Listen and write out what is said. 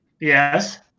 Yes